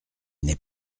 n’est